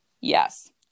Yes